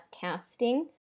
casting